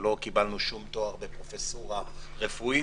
ולא קיבלנו שום תואר בפרופסורה רפואית.